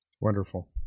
Wonderful